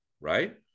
right